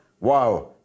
Wow